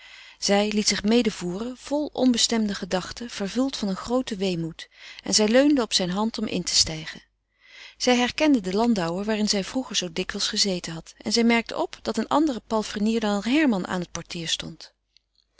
zij liet zich medevoeren vol onbestemde gedachten vervuld van een grooten weemoed en zij leunde op zijne hand om in te stijgen zij herkende den landauer waarin zij vroeger zoo dikwijls gezeten had en zij merkte op dat een andere palfrenier dan herman aan het portier stond